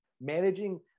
managing